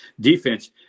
defense